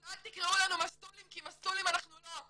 אז אל תקראו לנו מסטולים כי מסטולים אנחנו לא.